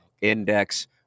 index